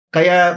Kaya